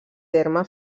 terme